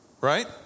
Right